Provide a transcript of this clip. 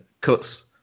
cuts